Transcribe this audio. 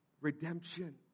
redemption